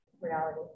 reality